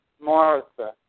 Martha